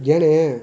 ஏண்ணே